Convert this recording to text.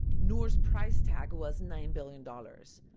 noor's price tag was nine billion dollars.